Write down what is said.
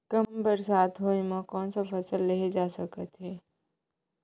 कम बरसात होए मा कौन से फसल लेहे जाथे सकत हे?